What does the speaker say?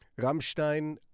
Rammstein